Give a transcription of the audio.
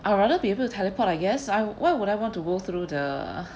I would rather be able teleport I guess I why would I want to go through the